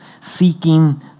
seeking